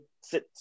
sit